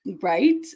Right